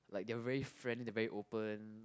like they're very friend they very open